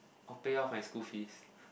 I will pay off my school fees